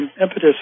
impetus